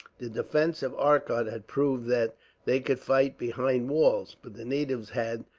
the defence of arcot had proved that they could fight behind walls but the natives had,